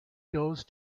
goes